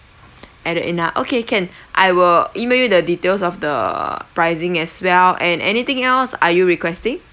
add that in ah okay can I will email you the details of the pricing as well and anything else are you requesting